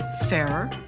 fairer